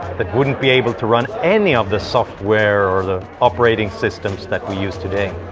that wouldn't be able to run any of the software, or the operating systems that we use today.